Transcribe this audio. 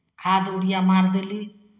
खाद यूरिया मारि देली